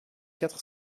quatre